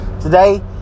Today